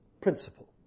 principle